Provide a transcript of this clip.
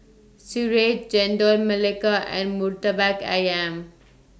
Sireh Chendol Melaka and Murtabak Ayam